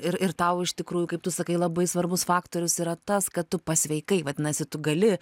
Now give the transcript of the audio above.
ir ir tau iš tikrųjų kaip tu sakai labai svarbus faktorius yra tas kad tu pasveikai vadinasi tu gali